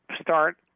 start